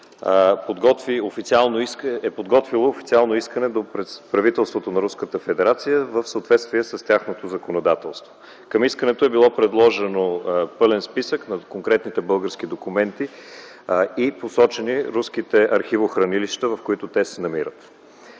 е подготвило официално искане до правителството на Руската федерация в съответствие с тяхното законодателство. Към искането е бил приложен пълен списък на конкретните български документи и посочени руските архивохранилища, в които те се намират.